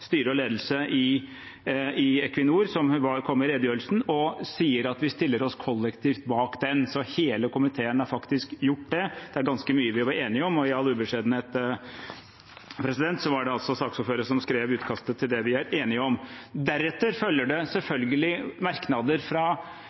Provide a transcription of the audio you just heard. styre og ledelse i Equinor som kom i redegjørelsen, og sier at vi stiller oss kollektivt bak den. Hele komiteen har faktisk gjort det. Det var ganske mye vi var enige om. I all ubeskjedenhet var det saksordføreren som skrev utkastet til det vi er enige om. Deretter følger det selvfølgelig merknader fra